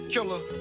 Killer